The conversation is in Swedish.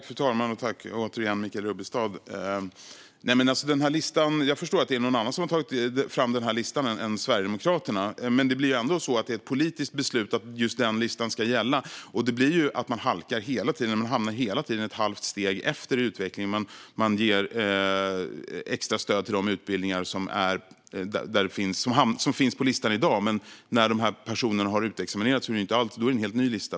Fru talman! Jag förstår att det är någon annan än Sverigedemokraterna som har tagit fram denna lista. Men det är ändå ett politiskt beslut att listan ska gälla. Man hamnar hela tiden ett halvt steg efter i utvecklingen när man ger extra stöd till de utbildningar som finns på listan i dag, för när dessa personer har utexaminerats är det en helt ny lista som gäller.